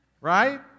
right